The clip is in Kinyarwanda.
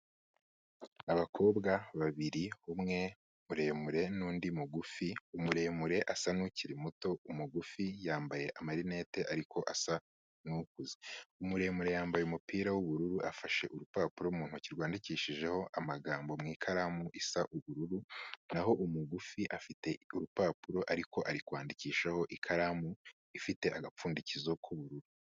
Abakobwa babiri, umwe muremure n'undi mugufi, umuremure asa n'ukiri muto, umugufi yambaye amarinete ariko asa n'ukuze, umuremure yambaye umupira w'ubururu afashe urupapuro mu ntoki rwandikishijeho amagambo mu ikaramu isa ubururu n'aho umugufi afite urupapuro ariko ari kwandikishaho ikaramu ifite agapfundikizo k'ubururu.